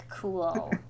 cool